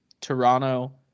Toronto